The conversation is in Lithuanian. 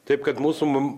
taip kad mūsų mum